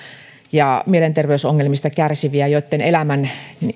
ja mielenterveysongelmista kärsiviä joitten elämän